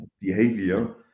behavior